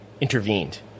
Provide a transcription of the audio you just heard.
intervened